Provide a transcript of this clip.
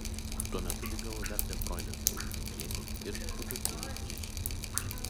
tuo metu liga jau vertė froidą sunkiai kentėti ir netrukus jį nusinešė